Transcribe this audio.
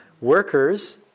Workers